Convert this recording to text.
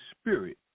spirit